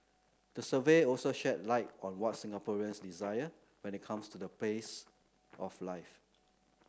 the survey also shed light on what Singaporeans desire when it comes to the pace of life